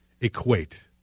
equate